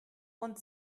und